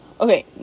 Okay